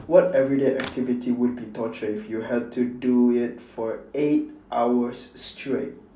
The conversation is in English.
what everyday activity would be torture if you had to do it for eight hours straight